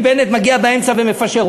ובנט מגיע באמצע ומפשר.